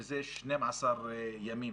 שזה 12 ימים.